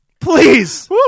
please